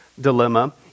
dilemma